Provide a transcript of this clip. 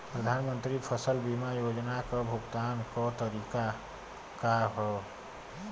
प्रधानमंत्री फसल बीमा योजना क भुगतान क तरीकाका ह?